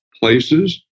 places